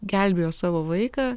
gelbėjo savo vaiką